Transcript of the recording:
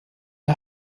der